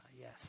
Yes